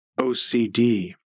OCD